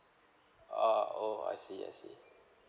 ah oh I see I see